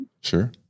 Sure